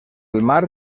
mar